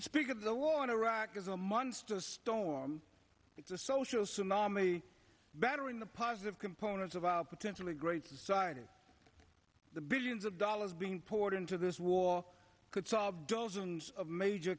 speak of the war in iraq is a monster storm a social tsunami battering the positive components of a potentially great society the billions of dollars being poured into this war could solve dozens of major